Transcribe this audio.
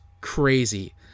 crazy